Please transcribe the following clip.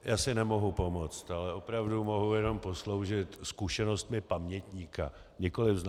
Já si nemohu pomoct, ale opravdu mohu jenom posloužit zkušenostmi pamětníka, nikoli znalce.